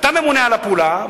ואתה ממונה על הפעולה,